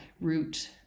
root